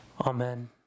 Amen